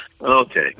Okay